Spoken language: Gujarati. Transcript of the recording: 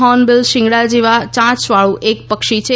હોર્નબિલ શિંગડા જેવી ચાંચવાળું એક પક્ષી છે